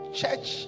church